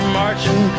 marching